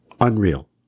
Unreal